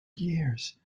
years